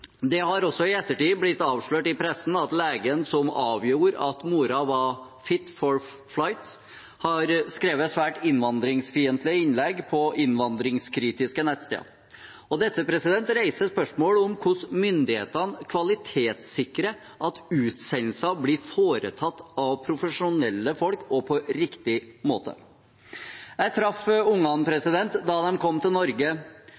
Det har også i ettertid blitt avslørt i pressen at legen som avgjorde at moren var «fit for flight», har skrevet svært innvandringsfiendtlige innlegg på innvandringskritiske nettsteder. Dette reiser spørsmålet om hvordan myndighetene kvalitetssikrer at utsendelser blir foretatt av profesjonelle folk og på riktig måte. Jeg traff ungene da de kom til Norge,